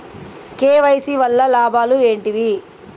KYC వల్ల లాభాలు ఏంటివి?